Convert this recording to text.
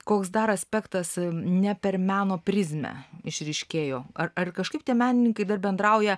koks dar aspektas ne per meno prizmę išryškėjo arar kažkaip tie menininkai dar bendrauja